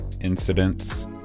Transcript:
incidents